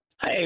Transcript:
Hey